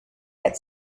had